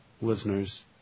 listeners